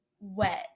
wet